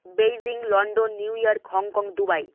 Beijing London New York Hong Kong Dubai